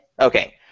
Okay